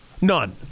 None